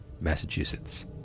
Massachusetts